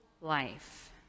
life